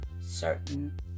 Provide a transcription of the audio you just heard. certain